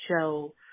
show